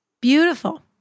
Beautiful